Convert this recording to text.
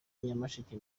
nyamasheke